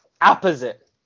opposite